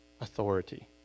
authority